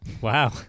Wow